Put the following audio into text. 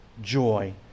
joy